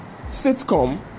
sitcom